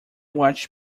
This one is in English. watch